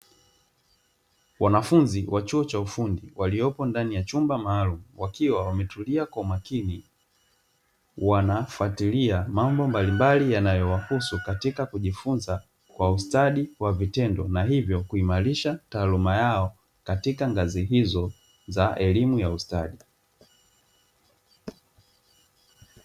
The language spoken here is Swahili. Wanafunzi wa chuo cha ufundi waliopo ndani ya chumba maalumu, wakiwa wametulia kwa umakini, wanafuatilia mambo mbalimbali yanayowahusu katika kujifunza kwa ustadi kwa vitendo, na hivyo kuimarisha taaluma yao katika ngazi hizo za elimu ya ustadi.